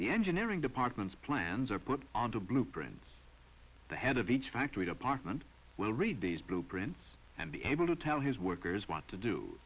the engineering departments plans are put on the blueprints the head of each factory department will read these blueprints and be able to tell his workers want to do